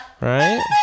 Right